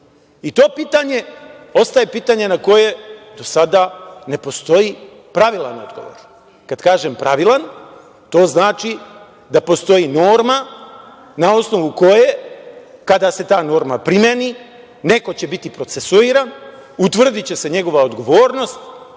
To pitanje ostaje pitanje na koje do sada ne postoji pravilan odgovor. Kada kažem pravilan to znači da postoji norma na osnovu koje kada se ta norma primeni neko će biti procesuiran, utvrdiće se njegova odgovornost